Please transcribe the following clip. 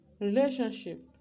relationship